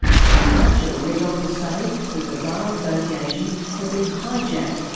chris hartcher went on to say that the bar association had been hijacked.